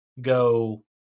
go